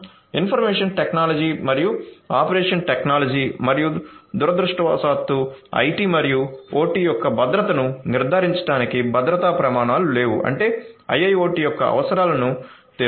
information technology మరియు operation technology మరియు దురదృష్టవశాత్తు IT మరియు OT యొక్క భద్రతను నిర్ధారించడానికి భద్రతా ప్రమాణాలు లేవు అంటే IIoT యొక్క అవసరాలను తీర్చడం